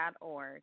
org